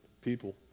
people